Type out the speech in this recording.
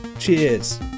Cheers